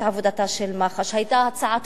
את עבודתה של מח"ש.